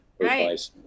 Right